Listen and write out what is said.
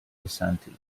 desantis